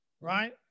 right